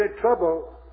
trouble